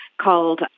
called